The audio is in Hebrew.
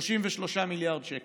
33 מיליארד שקל,